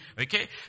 okay